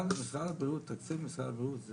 משרד הבריאות,